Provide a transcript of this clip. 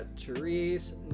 Therese